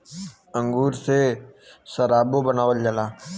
अंगूरन से सराबो बनावल जाला